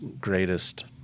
greatest